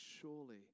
surely